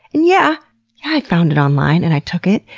and yeah, yeah i found it online and i took it.